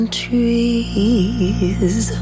trees